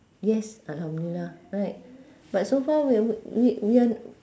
yes alhamdulillah right but so far we're we we are